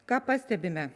ką pastebime